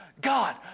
God